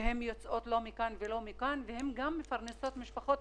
יש כאלו שגם מפרנסות משפחות,